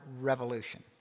revolution